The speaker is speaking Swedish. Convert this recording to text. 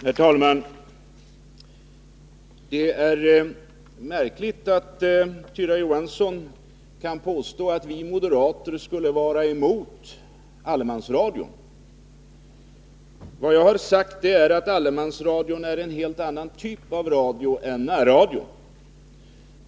Herr talman! Det är märkligt att Tyra Johansson kan påstå att vi moderater skulle vara emot allemansradion. Vad jag har sagt är, att allemansradion är en helt annan typ av radio än närradion.